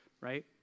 right